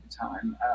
time